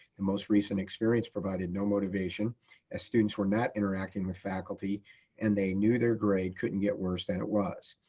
the most recent experience provided no motivation as students were not interacting with faculty and they knew their grade couldn't get worse than it was.